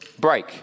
break